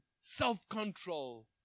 self-control